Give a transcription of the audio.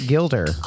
Gilder